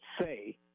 say